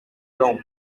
long